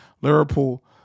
Liverpool